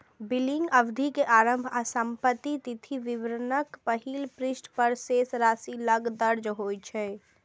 billing अवधि के आरंभ आ समाप्ति तिथि विवरणक पहिल पृष्ठ पर शेष राशि लग दर्ज होइ छै